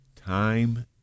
time